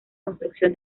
construcción